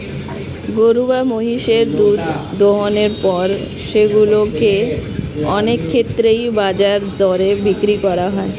গরু বা মহিষের দুধ দোহনের পর সেগুলো কে অনেক ক্ষেত্রেই বাজার দরে বিক্রি করা হয়